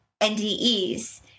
ndes